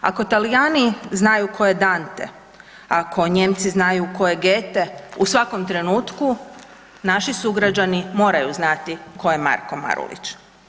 Ako Talijani znaju tko je Dante, ako Nijemci znaju tko je Goethe u svakom trenutku naši sugrađani moraju znati tko je Marko Marulić.